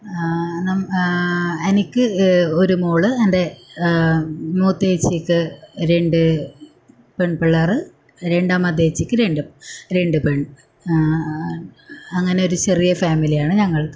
നമ്മ എനിക്ക് ഒരു മോൾ എൻ്റെ മൂത്ത ചേച്ചിക്ക് രണ്ട് പെൺപിള്ളേർ രണ്ടാമത്തെ ഏച്ചിക്ക് രണ്ടും രണ്ടും പെൺ ആ അ അങ്ങനെ ഒരു ചെറിയ ഫാമിലി ആണ് ഞങ്ങളത്